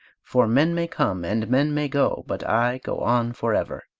for men may come and men may go, but i go on forever.